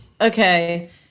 okay